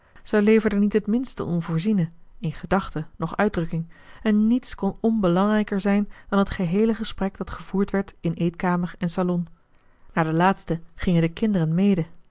zij leverde niet het minste onvoorziene in gedachte noch uitdrukking en niets kon onbelangrijker zijn dan het geheele gesprek dat gevoerd werd in eetkamer en salon naar de laatste gingen de kinderen mede